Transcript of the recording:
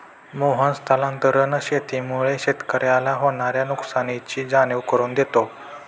मोहन स्थानांतरण शेतीमुळे शेतकऱ्याला होणार्या नुकसानीची जाणीव करून देतो